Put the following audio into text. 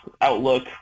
outlook